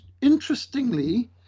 interestingly